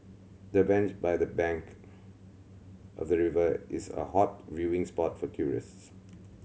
the bench by the bank of the river is a hot viewing spot for tourists